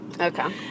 Okay